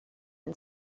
and